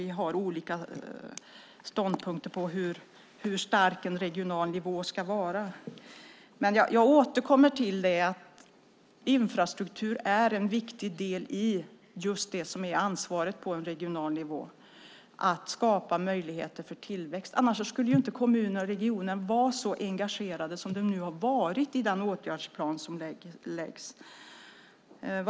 Vi har olika syn på hur stark en region ska vara. Jag återkommer till att infrastruktur är en viktig del av ansvaret på regional nivå för att skapa möjlighet för tillväxt. Annars skulle inte kommuner och regioner vara så engagerade som de har varit i den åtgärdsplan som läggs fram.